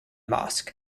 mosque